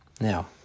Now